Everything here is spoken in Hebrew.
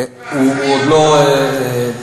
יש מחוון, הוא עוד לא פורסם.